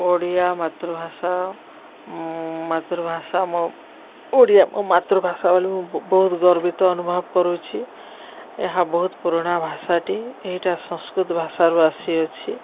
ଓଡ଼ିଆ ମାତୃଭାଷା ମାତୃଭାଷା ମୋ ଓଡ଼ିଆ ମୋ ମାତୃଭାଷା ବୋଲି ମୁଁ ବହୁତ ଗର୍ବିତ ଅନୁଭବ କରୁଛି ଏହା ବହୁତ ପୁରୁଣା ଭାଷାଟି ଏଇଟା ସଂସ୍କୃତ ଭାଷାରୁ ଆସିଅଛି